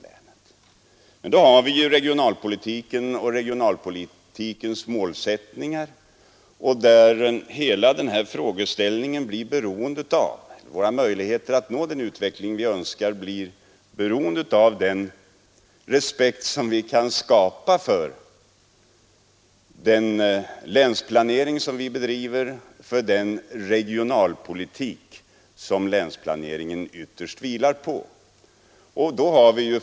Men då har vi regionalpolitiken och dess målsättningar. Den utveckling vi önskar blir beroende av den respekt vi kan skapa för den länsplanering vi bedriver, för den regionalpolitik som länsplaneringen syftar till.